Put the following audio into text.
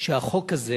שהחוק הזה